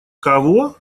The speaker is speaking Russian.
кого